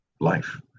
life